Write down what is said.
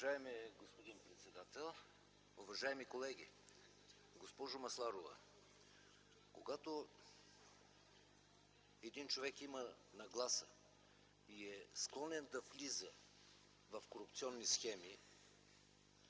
Уважаеми господин председател, уважаеми колеги, госпожо Масларова! Когато човек има нагласа и е склонен да влиза в корупционни схеми